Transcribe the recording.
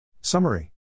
Summary